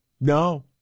No